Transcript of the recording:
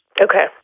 Okay